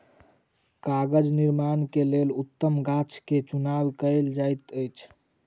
कागज़ निर्माण के लेल उत्तम गाछ के चुनाव कयल जाइत अछि